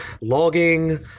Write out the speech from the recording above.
logging